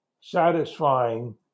satisfying